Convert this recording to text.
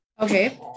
Okay